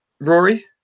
Rory